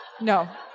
no